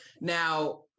Now